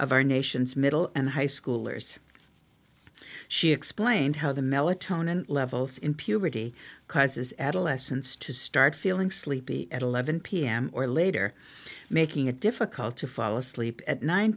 of our nation's middle and high schoolers she explained how the melatonin levels in puberty causes adolescents to start feeling sleepy at eleven pm or later making it difficult to fall asleep at nine